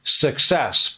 Success